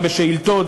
גם בשאילתות,